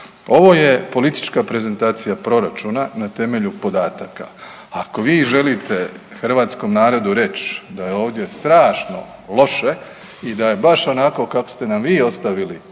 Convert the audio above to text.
Ovo je politička prezentacija proračuna na temelju podataka, ako vi želite hrvatskom narodu reć da je ovdje strašno loše i da je baš onako kako ste nam vi ostavili